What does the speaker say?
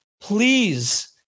Please